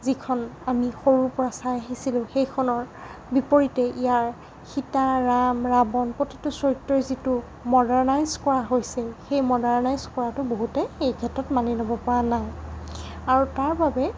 যিখন আমি সৰুৰ পৰা চাই আহিছিলোঁ সেইখনৰ বিপৰীতেই ইয়াৰ সীতা ৰাম ৰাৱণ প্ৰতিটো চৰিত্ৰই যিটো মডাৰ্ণাইজ কৰা হৈছে সেই মডাৰ্ণাইজ কৰাটো বহুতে এই ক্ষেত্ৰত মানি ল'ব পৰা নাই আৰু তাৰ বাবে